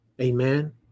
Amen